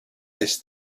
this